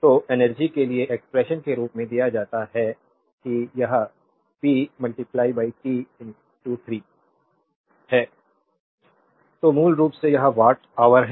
तो एनर्जी के लिए एक्सप्रेशन के रूप में दिया जाता है कि यह p t 3 है स्लाइड टाइम देखें 0025 तो मूल रूप से यह वाट ऑवर है